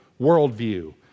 worldview